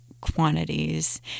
quantities